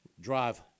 drive